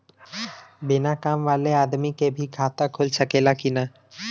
बिना काम वाले आदमी के भी खाता खुल सकेला की ना?